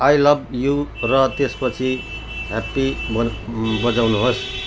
I love you र त्यसपछि happy बन बजाउनुहोस्